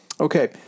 Okay